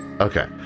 okay